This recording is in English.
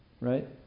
right